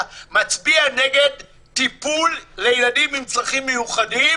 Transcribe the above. מצביע נגד טיפול לילדים עם צרכים מיוחדים